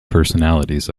personalities